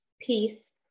peace